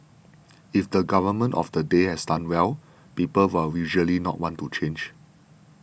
if the government of the day has done well people will usually not want to change